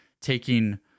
taking